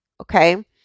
Okay